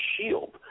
Shield